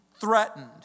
threatened